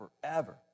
forever